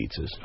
pizzas